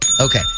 Okay